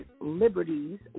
liberties